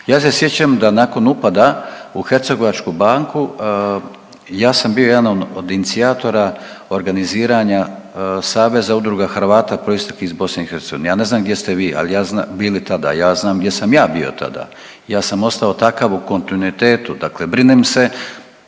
Ja se sjećam da nakon upada u Hercegovačku banku, ja sam bio jedan od inicijatora organiziranja Saveza udruga Hrvata proisteklih iz BiH, ja ne znam gdje ste vi bili tada, a ja znam gdje sam ja bio tada, ja sam ostao takav u kontinuitetu, dakle brinem se